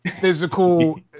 physical